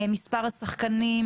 מספר השחקנים,